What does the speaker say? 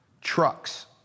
trucks